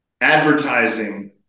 advertising